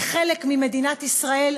והיא חלק ממדינת ישראל,